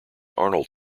arnold